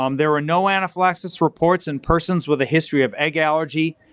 um there are no anaphylaxis reports in persons with a history of egg allergy,